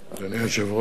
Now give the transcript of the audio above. אדוני היושב-ראש,